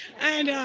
and